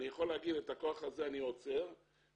אני יכול להגיד שאת הכוח הזה אני עוצר ואני